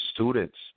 Students